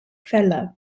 feller